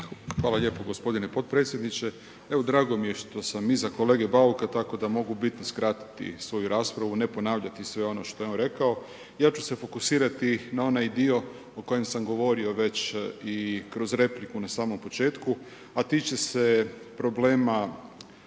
Hvala lijepo gospodine potpredsjedniče. Evo drago mi je što iza kolege Bauka tako da mogu u biti skratiti svoju raspravu, ne ponavljati sve ono što je on rekao. Ja ću se fokusirati na onaj dio o kojem sam govorio već i kroz repliku na samom početku a tiče se problema